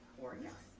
or yes.